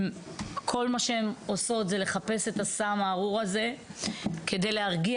כל מה שהן עושות זה לחפש את הסם הארור הזה כדי להרגיע